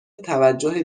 توجه